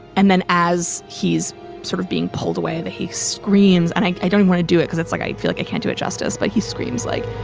and then as he's sort of being pulled away he screams and i i don't want to do it cause it's like i feel like i can't do it justice but he screams like